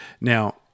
Now